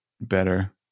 better